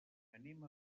anem